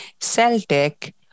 Celtic